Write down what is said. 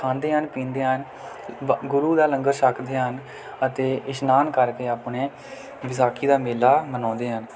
ਖਾਂਦੇ ਹਨ ਪੀਂਦੇ ਹਨ ਵ ਗੁਰੂ ਦਾ ਲੰਗਰ ਛਕਦੇ ਹਨ ਅਤੇ ਇਸ਼ਨਾਨ ਕਰਕੇ ਆਪਣੇ ਵਿਸਾਖੀ ਦਾ ਮੇਲਾ ਮਨਾਉਂਦੇ ਹਨ